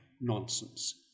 nonsense